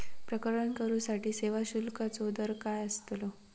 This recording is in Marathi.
प्रकरण करूसाठी सेवा शुल्काचो दर काय अस्तलो?